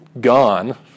gone